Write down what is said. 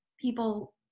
people